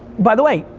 by the way,